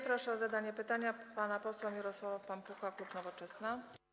Proszę o zadanie pytania pana posła Mirosława Pampucha, klub Nowoczesna.